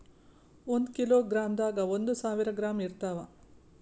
ಒಂದ್ ಕಿಲೋಗ್ರಾಂದಾಗ ಒಂದು ಸಾವಿರ ಗ್ರಾಂ ಇರತಾವ